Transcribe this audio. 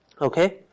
okay